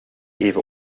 even